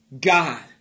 God